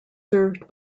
served